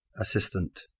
assistant